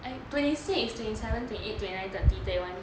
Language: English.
twenty six twenty seven twenty eight twenty nine thirty thirty one